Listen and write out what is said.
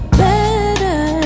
better